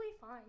fine